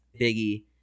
Biggie